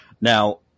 Now